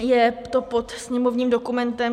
Je to pod sněmovním dokumentem 4484.